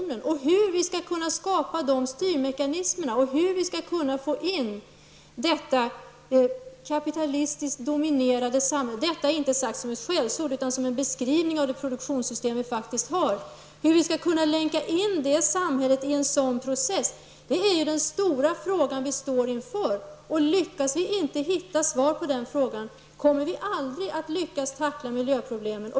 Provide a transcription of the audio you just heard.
Den stora fråga som vi står inför är hur vi skall kunna skapa dessa mekanismer och hur vi skall kunna länka in det här kapitalistiskt dominerade samhället -- detta inte sagt som ett skällsord utan som en beskrivning av det produktionssystem som vi har -- i en sådan process. Lyckas vi inte hitta svaret, kommer vi aldrig att lyckas med att tackla miljöproblemen.